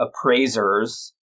appraisers